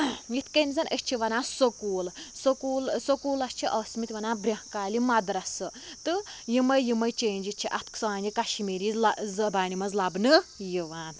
یِتھٕ کٔنۍ زَن أسۍ چھِ وَنان سوٚکوٗل سوٚکوٗل سوٚکوٗلَس چھِ ٲسمٕتۍ وَنان برٛونٛہہ کالہِ مَدرَسہٕ تہٕ یِمے یِمے چینٛجِز چھِ اتھ سانہِ کِشمیٖری لا زَبانہِ مِنٛز لَبنہٕ یِوان